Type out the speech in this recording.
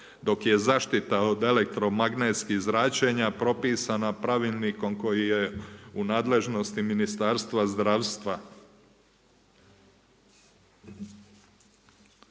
dok je zaštita od elektromagnetskih zračenja propisana pravilnikom koji je u nadležnosti Ministarstva zdravstva.